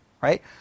Right